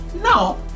now